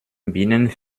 binnen